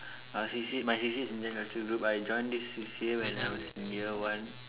uh C_C_A my C_C_A is Indian culture group I join this C_C_A when I was in year one